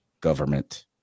government